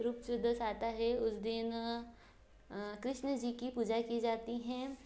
रूप चौदस आता है उस दिन कृष्ण जी की पूजा की जाती है